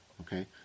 Okay